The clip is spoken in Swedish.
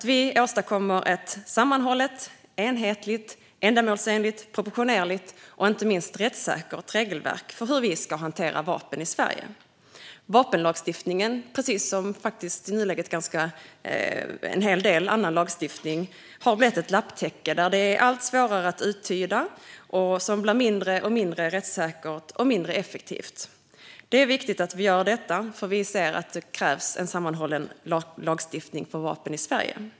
Vi behöver åstadkomma ett sammanhållet, enhetligt, ändamålsenligt, proportionerligt och inte minst rättssäkert regelverk för hur vapen ska hanteras i Sverige. Vapenlagstiftningen har, precis som en hel del annan lagstiftning i nuläget, blivit ett lapptäcke. Den är allt svårare att uttyda, och den blir mindre och mindre rättssäker och mindre effektiv. Det är viktigt att vi gör detta. Det krävs en sammanhållen lagstiftning för vapen i Sverige.